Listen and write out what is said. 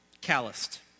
Calloused